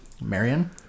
Marion